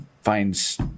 finds